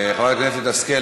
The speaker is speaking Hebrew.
חברת הכנסת השכל,